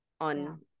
on